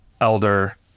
elder